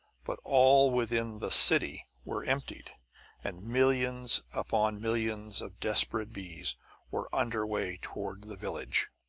but all within the city were emptied and millions upon millions of desperate bees were under way toward the village.